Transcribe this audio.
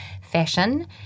fashion